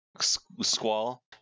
Squall